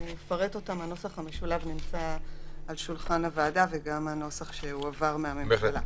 הנוסח המשולב נמצא על שולחן הוועדה וגם הנוסח שהועבר מהממשלה.